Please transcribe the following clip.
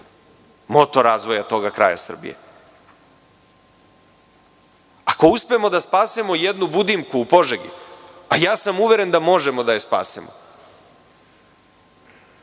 motor razvoja tog kraja Srbije. Ako uspemo da spasemo jednu „Budimku“ u Požegi, a uveren sam da možemo da spasemo,